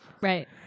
Right